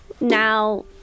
now